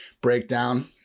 breakdown